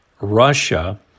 Russia